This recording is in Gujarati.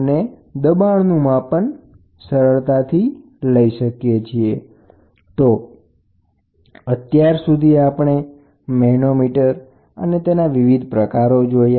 તો અત્યાર સુધી આપણે મેનોમીટર્સ અને તેના વિવિધ પ્રકારો જોયા જે બધા ઇન્ડસ્ટ્રીયલ પ્રકારના હતા